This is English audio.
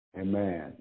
Amen